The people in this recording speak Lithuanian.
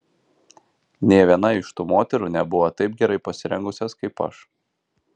nė viena iš tų moterų nebuvo taip gerai pasirengusios kaip aš